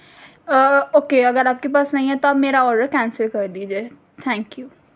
okay اگر آپ کے پاس نہیں ہے تو آپ میرا آڈر کینسل کر دیجیے تھینک یو